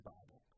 Bible